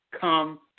come